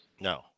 No